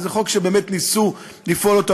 וזה חוק שבאמת ניסו לפעול אתו,